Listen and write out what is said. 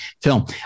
film